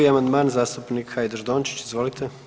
51. amandman zastupnik Hajdaš Dončić, izvolite.